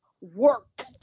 work